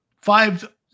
five